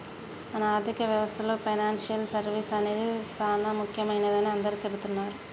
మన ఆర్థిక వ్యవస్థలో పెనాన్సియల్ సర్వీస్ అనేది సానా ముఖ్యమైనదని అందరూ సెబుతున్నారు